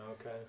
Okay